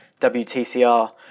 WTCR